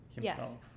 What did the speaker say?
yes